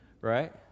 Right